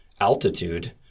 altitude